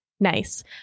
nice